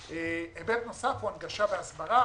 היבט נוסף הוא הנגשה והסברה,